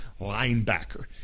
linebacker